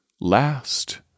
last